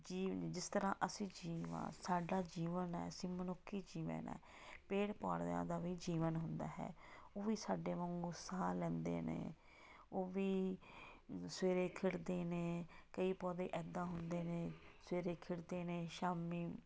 ਜੀਵ ਨੇ ਜਿਸ ਤਰ੍ਹਾਂ ਅਸੀਂ ਜੀਵ ਹਾਂ ਸਾਡਾ ਜੀਵਨ ਆ ਅਸੀਂ ਮਨੁੱਖੀ ਜੀਵਨ ਹੈ ਪੇੜ ਪੌਦਿਆਂ ਦਾ ਵੀ ਜੀਵਨ ਹੁੰਦਾ ਹੈ ਉਹ ਵੀ ਸਾਡੇ ਵਾਂਗੂ ਸਾਹ ਲੈਂਦੇ ਨੇ ਉਹ ਵੀ ਸਵੇਰੇ ਖਿੜਦੇ ਨੇ ਕਈ ਪੌਦੇ ਇੱਦਾਂ ਹੁੰਦੇ ਨੇ ਸਵੇਰੇ ਖਿੜਦੇ ਨੇ ਸ਼ਾਮੀ